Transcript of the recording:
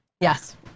yes